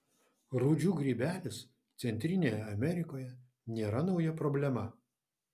rūdžių grybelis centrinėje amerikoje nėra nauja problema